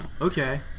Okay